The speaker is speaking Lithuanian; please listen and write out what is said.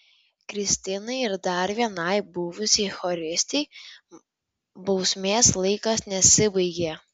kristinai ir dar vienai buvusiai choristei bausmės laikas nesibaigė